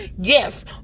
Yes